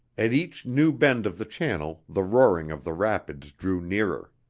at each new bend of the channel the roaring of the rapids drew nearer.